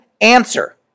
answer